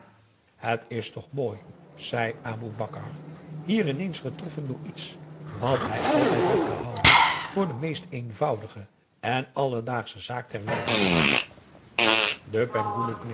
het is toch mooi zei aboe bakar hier ineens aum boe akar eel getroffen door iets wat hij altijd had gehouden voor de meest eenvoudige en alledaagsche zaak ter wereld de